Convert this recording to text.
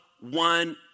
one